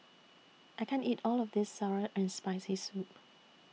I can't eat All of This Sour and Spicy Soup